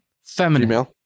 feminine